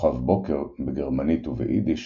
"כוכב בוקר" בגרמנית וביידיש